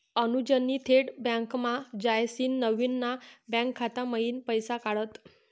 अनुजनी थेट बँकमा जायसीन नवीन ना बँक खाता मयीन पैसा काढात